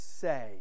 say